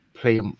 Play